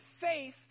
faith